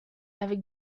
avec